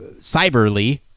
cyberly